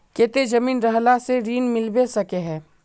केते जमीन रहला से ऋण मिलबे सके है?